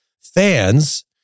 fans